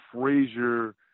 Frazier